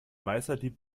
meisterdieb